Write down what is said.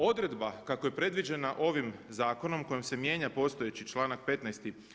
Odredba kako je predviđena ovim zakonom kojim se mijenja postojeći članak 15.